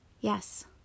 Yes